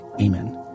Amen